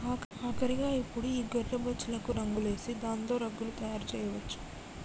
ఆఖరిగా ఇప్పుడు ఈ గొర్రె బొచ్చులకు రంగులేసి దాంతో రగ్గులు తయారు చేయొచ్చు